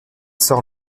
sort